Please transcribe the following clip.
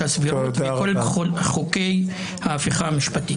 הסבירות וכל חוקי ההפיכה המשפטית.